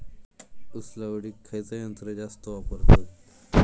ऊस लावडीक खयचा यंत्र जास्त वापरतत?